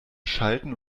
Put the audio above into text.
schalten